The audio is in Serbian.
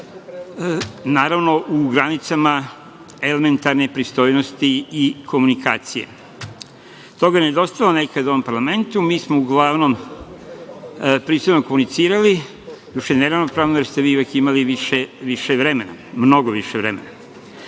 naravno, u granicama elementarne pristojnosti i komunikacije. Toga je nedostajalo nekad u ovom. Mi smo uglavnom pristojno komunicirali, doduše neravnopravno, jer ste vi uvek imali više vremena, mnogo više vremena. Nema